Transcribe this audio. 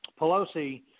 Pelosi